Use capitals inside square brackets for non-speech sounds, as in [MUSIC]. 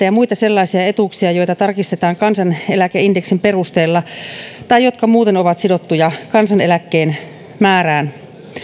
[UNINTELLIGIBLE] ja muita sellaisia etuuksia joita tarkistetaan kansaneläkeindeksin perusteella tai jotka muuten ovat sidottuja kansaneläkkeen määrään